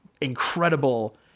incredible